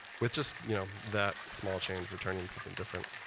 with just you know that small change, returning something different.